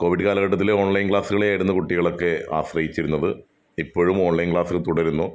Covid കാലഘട്ടത്തിൽ online ക്ലാസ്സുകളെയായിരുന്നു കുട്ടികളൊക്കെ ആസ്രയിച്ചിരുന്നത് ഇപ്പോഴും ഓൺലൈൻ ക്ലാസുകൾ തുടരുന്നു